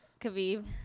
Khabib